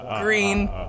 green